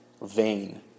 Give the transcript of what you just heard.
vain